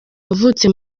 wavutse